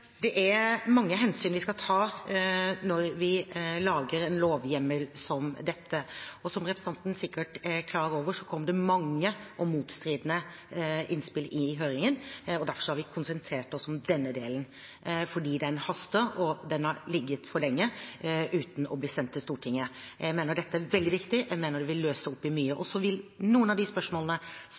Det er mange hensyn vi skal ta når vi lager en lovhjemmel som dette. Som representanten sikkert er klar over, kom det mange og motstridende innspill i høringen. Derfor har vi konsentrert oss om denne delen, fordi den haster, og den har ligget for lenge uten å bli sendt til Stortinget. Jeg mener dette er veldig viktig, og jeg mener det vil løse opp i mye. Så vil noen av de spørsmålene